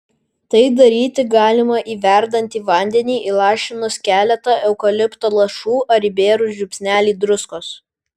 tai daryti galima į verdantį vandenį įlašinus keletą eukalipto lašų ar įbėrus žiupsnelį druskos